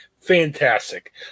Fantastic